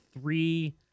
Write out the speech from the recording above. three